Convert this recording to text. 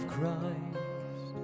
Christ